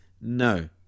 no